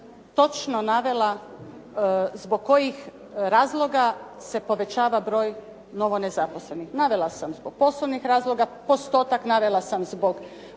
točno navela zbog kojih razloga se povećava broj novonezaposlenih. Navela sam zbog poslovnih razloga postotak, navela sam zbog